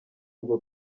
urwo